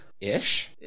Ish